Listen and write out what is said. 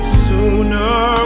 sooner